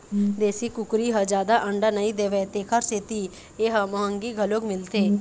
देशी कुकरी ह जादा अंडा नइ देवय तेखर सेती ए ह मंहगी घलोक मिलथे